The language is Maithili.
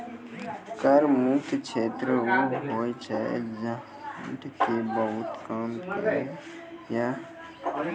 कर मुक्त क्षेत्र उ होय छै जैठां कि बहुत कम कर या नै बराबर कर लागै छै